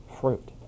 fruit